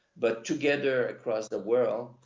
but together across the world,